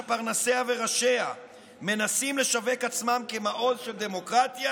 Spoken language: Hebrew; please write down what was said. שפרנסיה וראשיה מנסים לשווק עצמם כמעוז של דמוקרטיה,